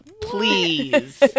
please